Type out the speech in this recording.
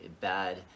bad